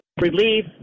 relief